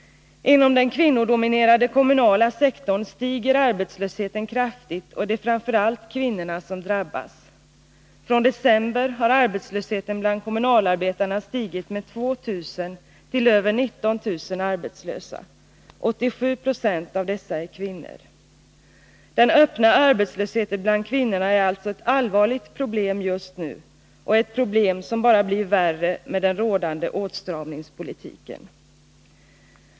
Inom den kvinnodominerade kommunala sektorn stiger arbetslösheten kraftigt, och det är då framför allt kvinnorna som drabbas. Från december har arbetslösheten bland kommunalarbetarna stigit med 2 000 till över 19 000 arbetslösa. 87 20 av dessa är kvinnor. Den öppna arbetslösheten bland kvinnorna är alltså ett allvarligt problem just nu och ett problem som bara blir värre med den rådande åtstramningspolitiken.